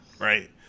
Right